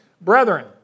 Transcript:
brethren